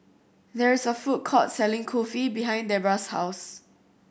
there is a food court selling Kulfi behind Debora's house